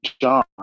John